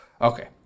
okay